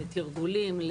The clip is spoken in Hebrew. לתרגולים,